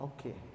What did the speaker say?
Okay